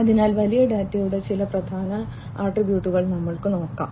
അതിനാൽ വലിയ ഡാറ്റയുടെ ചില പ്രധാന ആട്രിബ്യൂട്ടുകൾ നമുക്ക് നോക്കാം